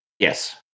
Yes